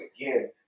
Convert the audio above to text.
again